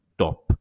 top